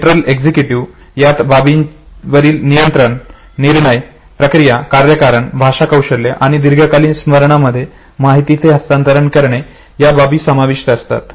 central executive यात बाबींवरील नियंत्रण निर्णय प्रक्रिया कार्यकारण भाषा कौशल्य आणि दीर्घकालीन स्मरणामध्ये माहितीचे हस्तांतरण करणे या बाबी समाविष्ट असतात